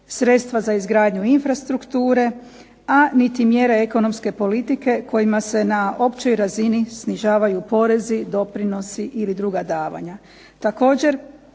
sredstva za izgradnju infrastrukture, a niti mjere ekonomske politike kojima se na općoj razini snižavaju porezi, doprinosi ili druga davanja.